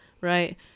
right